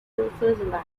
switzerland